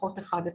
לפחות אחד.